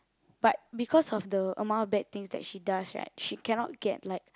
but because of the amount of bad things that she does right she cannot get like